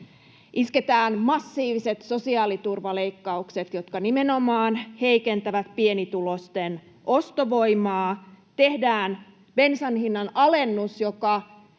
Isketään massiiviset sosiaaliturvaleikkaukset, jotka nimenomaan heikentävät pienituloisten ostovoimaa. Tehdään bensan hinnan alennus, joka